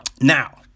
Now